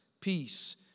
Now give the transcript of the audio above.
Peace